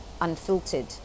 unfiltered